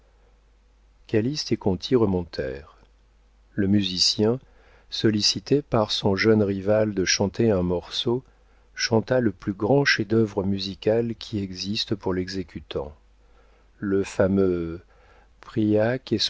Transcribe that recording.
et conti remontèrent le musicien sollicité par son jeune rival de chanter un morceau chanta le plus grand chef-d'œuvre musical qui existe pour les exécutants le fameux pria